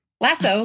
Lasso